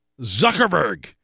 Zuckerberg